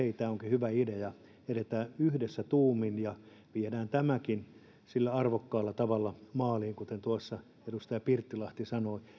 että hei tämä onkin hyvä idea ja edetään yhdessä tuumin ja viedään tämäkin arvokkaalla tavalla maaliin kuten tuossa edustaja pirttilahti sanoi